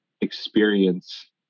experience